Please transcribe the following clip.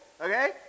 okay